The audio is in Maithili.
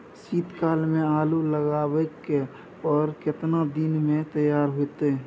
शीत काल में आलू लगाबय पर केतना दीन में तैयार होतै?